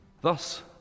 Thus